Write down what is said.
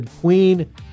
Queen